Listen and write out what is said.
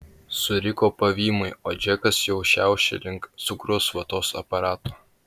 suriko pavymui o džekas jau šiaušė link cukraus vatos aparato